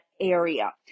area